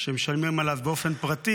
שהם משלמים עליו באופן פרטי,